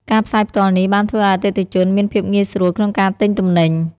ការផ្សាយផ្ទាល់នេះបានធ្វើឱ្យអតិថិជនមានភាពងាយស្រួលក្នុងការទិញទំនិញ។